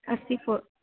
ਅਸੀਂ ਫੁ